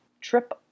trip